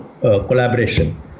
collaboration